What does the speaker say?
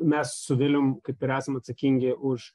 mes su vilium kaip ir esam atsakingi už